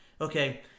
Okay